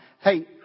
Hey